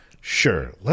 sure